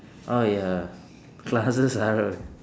uh ya classes are